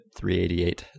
388